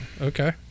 Okay